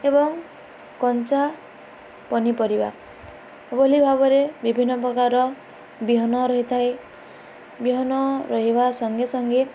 ଏବଂ କଞ୍ଚା ପନିପରିବା ବୋଲି ଭାବରେ ବିଭିନ୍ନ ପ୍ରକାର ବିହନ ରହିଥାଏ ବିହନ ରହିବା ସଙ୍ଗେ ସଙ୍ଗେ